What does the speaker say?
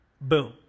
Boom